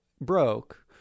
broke